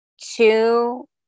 two